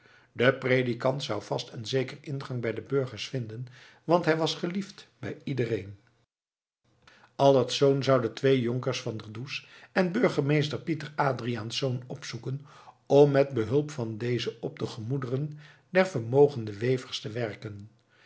de predikant zou vast en zeker ingang bij de burgers vinden want hij was geliefd bij iedereen allertsz zelf zou de twee jonkers van der does en burgemeester pieter adriaensz opzoeken om met behulp van dezen op de gemoederen der vermogende wevers te werken